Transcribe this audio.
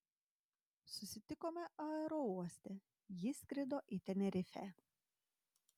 susitikome aerouoste ji skrido į tenerifę